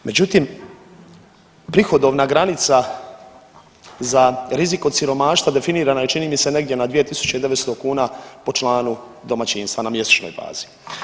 Međutim prihodovna granica za rizik od siromaštva definirana je čini mi se negdje na 2.900 kuna po članu domaćinstva na mjesečnoj bazi.